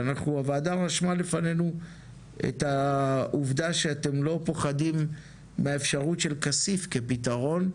והוועדה רשמה לפנינו את העובדה שאתם לא פוחדים מהאפשרות של כסיף כפתרון,